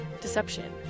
Deception